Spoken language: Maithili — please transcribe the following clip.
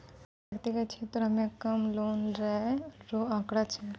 व्यक्तिगत क्षेत्रो म कम लोन लै रो आंकड़ा छै